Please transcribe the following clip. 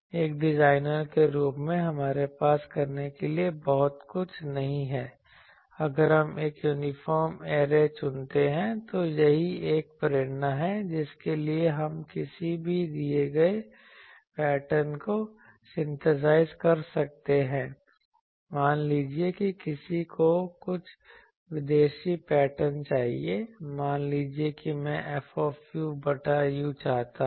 एक डिजाइनर के रूप में हमारे पास करने के लिए बहुत कुछ नहीं है अगर हम एक यूनिफॉर्म ऐरे चुनते हैं तो यही वह प्रेरणा है जिसके लिए हम किसी भी दिए गए पैटर्न को सिनथीसाइज कर सकते हैं मान लीजिए कि किसी को कुछ विदेशी पैटर्न चाहिए मान लीजिए कि मैं F बटा u चाहता हूं